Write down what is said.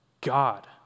God